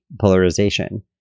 polarization